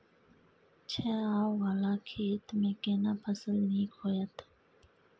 छै ॉंव वाला खेत में केना फसल नीक होयत?